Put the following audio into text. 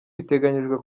biteganijwe